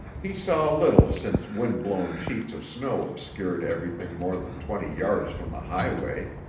he saw little since wind-blown sheets of snow obscured everything more than twenty yards from the highway,